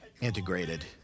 integrated